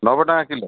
ନବେ ଟଙ୍କା କିଲୋ